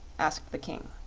asked the king.